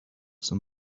some